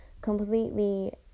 completely